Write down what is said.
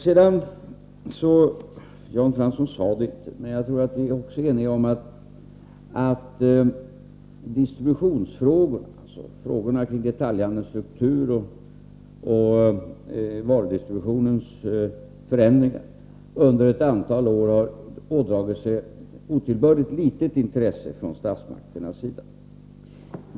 Vidare tror jag att vi är eniga om — visserligen tog Jan Fransson inte upp den saken — att distributionsfrågorna, dvs. frågorna om detaljhandelns struktur och varudistributionens förändringar, under ett antal år har ådragit sig otillbörligt litet intresse från statsmakternas sida.